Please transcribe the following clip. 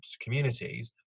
communities